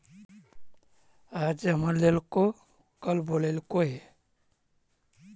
आज जमा लेलको कल बोलैलको हे?